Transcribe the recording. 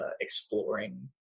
exploring